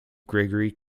gregory